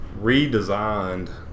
redesigned